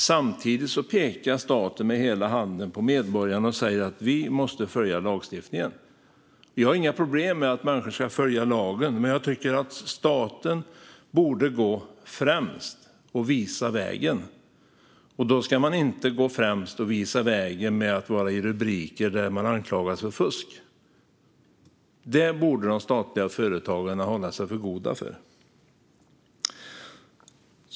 Samtidigt pekar staten med hela handen på oss medborgare och säger att vi måste följa lagstiftningen. Jag har inga problem med att människor ska följa lagen, men jag tycker att staten borde gå främst och visa vägen. Och då ska man inte gå främst och visa vägen med att figurera i rubriker där man anklagas för fusk. Det borde de statliga företagen hålla sig för goda för.